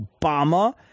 Obama